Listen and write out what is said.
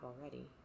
already